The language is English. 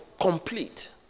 complete